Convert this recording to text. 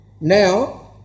Now